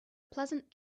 pleasant